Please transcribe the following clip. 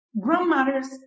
grandmothers